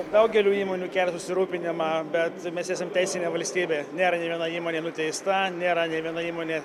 daugeliui įmonių kelia susirūpinimą bet mes esam teisinė valstybė nėra nė viena įmonė nuteista nėra nė viena įmonė